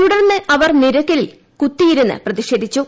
തുടർന്ന് അവർ നിലയ്ക്കലിൽ കുത്തിയിരുന്ന് പ്രതിഷേധിച്ചു